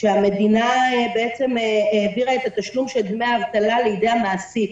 שהמדינה העבירה את התשלום של דמי האבטלה לידי המעסיק.